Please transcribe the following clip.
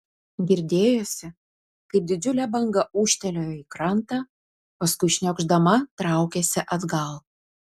girdėjosi kaip didžiulė banga ūžtelėjo į krantą paskui šniokšdama traukėsi atgal